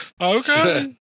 okay